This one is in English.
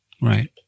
Right